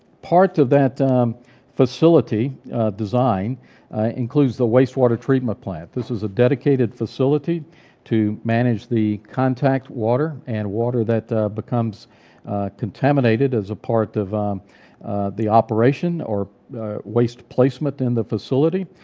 part of that facility design includes the wastewater treatment plant. this is a dedicated facility to manage the contact water, and water that becomes contaminated as a part of the operation, or waste placement in the facility.